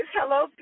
Hello